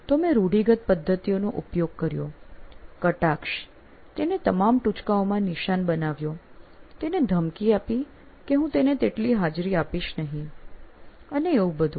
તો મેં રૂઢિગત પદ્ધતિઓનો ઉપયોગ કર્યો કટાક્ષ તેને તમામ ટુચકાઓ માં નિશાન બનાવ્યો તેને ધમકી આપી કે હું તેને તેટલી હાજરી આપીશ નહીં અને એવું બધું